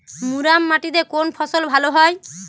মুরাম মাটিতে কোন ফসল ভালো হয়?